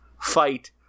fight